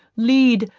lead,